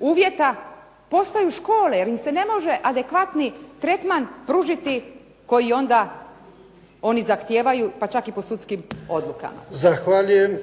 uvjeta postaju škole, jer im se ne može adekvatni tretman pružiti koji oni zahtijevaju, pa čak i po sudskim odlukama. **Jarnjak, Ivan (HDZ)** Zahvaljujem.